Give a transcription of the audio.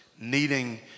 needing